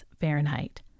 Fahrenheit